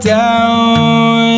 down